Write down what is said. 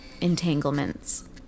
entanglements